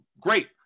great